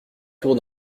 tours